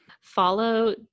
Follow